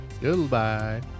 Goodbye